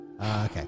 Okay